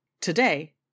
Today